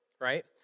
right